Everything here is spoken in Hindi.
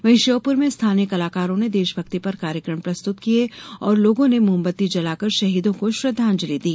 वहीं श्योपूर में स्थानीय कलाकारों ने देशभक्ति पर कार्यकम प्रस्तुत किये और लोगों ने मोमबत्ती जलाकर शहीदों को श्रद्धांजलि दी